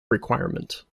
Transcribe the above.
requirement